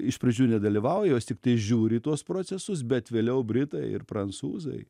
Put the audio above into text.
iš pradžių nedalyvauja jos tiktai žiūri į tuos procesus bet vėliau britai ir prancūzai